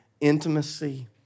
intimacy